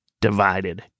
divided